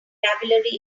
vocabulary